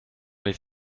les